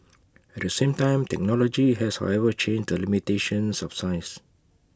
at the same time technology has however changed the limitations of size